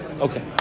Okay